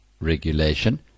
regulation